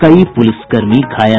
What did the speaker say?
कई पुलिसकर्मी घायल